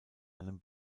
einem